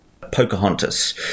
Pocahontas